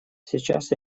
сейчас